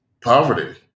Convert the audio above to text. poverty